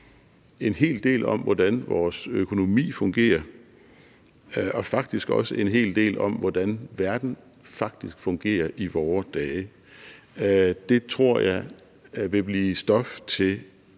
en hel del om, hvordan vores økonomi fungerer; og faktisk også en hel del om, hvordan verden faktisk fungerer i vore dage. Det tror jeg vil give stof til